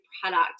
product